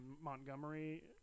Montgomery